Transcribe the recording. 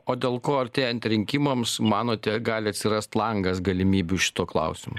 o dėl ko artėjant rinkimams manote gali atsirast langas galimybių šito klausimo